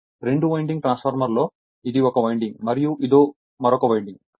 రెండు వైండింగ్ ట్రాన్స్ఫార్మర్లో ఇది 1 వైండింగ్ మరియు ఇది మరొక వైండింగ్